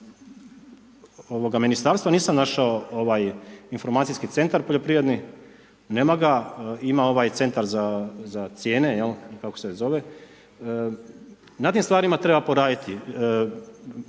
ministarstva, nisam našao informacijski centra poljoprivredni, nema ga, ima ovaj centar za cijene, kako se već zove. Na tim stvarima treba poraditi